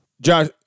josh